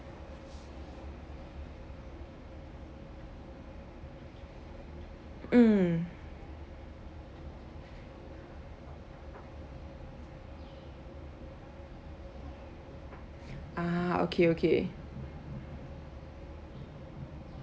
mm ah okay okay